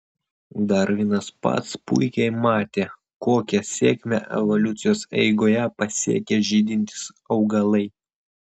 darvinas pats puikiai matė kokią sėkmę evoliucijos eigoje pasiekė žydintys augalai